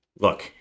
look